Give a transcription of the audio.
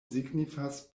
signifas